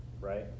right